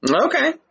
Okay